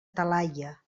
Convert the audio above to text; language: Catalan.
talaia